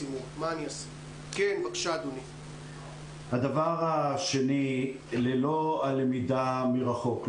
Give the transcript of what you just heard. שבאמצעותם מבצעים אצל החרדים את הלמידה במרחב של השימוע,